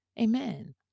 Amen